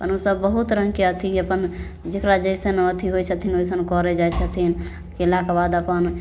अपन ओसभ बहुत रङ्गके अथी जे अपन जकरा जइसन अथी होइ छथिन ओइसन करै जाइ छथिन कएलाके बाद अपन